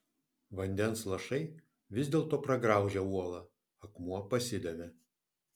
vandens lašai vis dėlto pragraužė uolą akmuo pasidavė